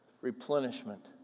replenishment